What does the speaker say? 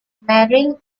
merrill